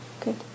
Good